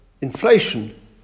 inflation